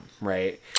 right